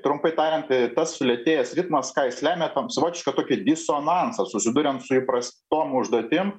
trumpai tariant tas sulėtėjęs ritmas ką jis lemia ten savotišką tokį disonansą susiduriam su įprastom užduotim